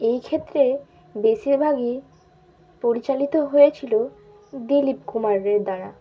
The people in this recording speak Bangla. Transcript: এই ক্ষেত্রে বেশিরভাগই পরিচালিত হয়েছিলো দিলীপ কুমারের দ্বারা